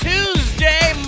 Tuesday